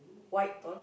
white tall